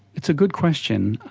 it's a good question.